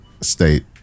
state